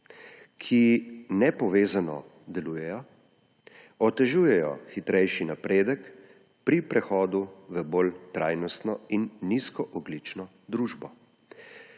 ki nepovezano delujejo, otežujejo hitrejši napredek pri prehodu v bolj trajnostno in nizkoogljično družbo.